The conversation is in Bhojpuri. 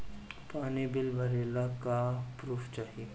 पानी बिल भरे ला का पुर्फ चाई?